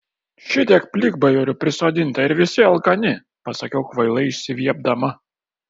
šitiek plikbajorių prisodinta ir visi alkani pasakiau kvailai išsiviepdama